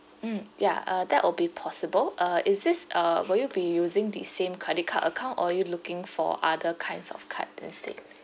mm ya uh that will be possible uh is this uh will you be using the same credit card account or are you looking for other kinds of card instead